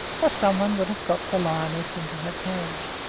or somebody would have got the lioness into her cage.